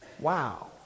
wow